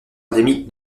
endémique